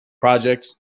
projects